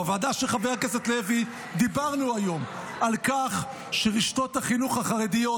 בוועדה של חבר הכנסת לוי דיברנו היום על כך שרשתות החינוך החרדיות,